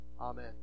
Amen